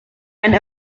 and